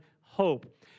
hope